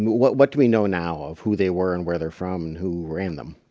what what do we know now of who they were and where they're from who ran them?